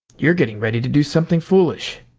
you're getting ready to do something foolish.